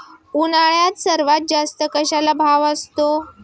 उन्हाळ्यात सर्वात जास्त कशाला भाव असतो?